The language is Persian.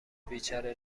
بیچاره